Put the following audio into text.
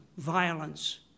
violence